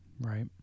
Right